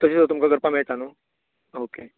तशें तुमकां करपा मेळटा नू ऑके